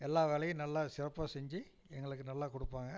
எல்லா வேலையும் நல்லா சிறப்பாக செஞ்சு எங்களுக்கு நல்லா கொடுப்பாங்க